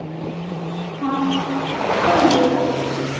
ᱦᱮᱸ ᱚᱠᱚᱭᱮᱢ ᱞᱟᱹᱭ ᱮᱫᱟ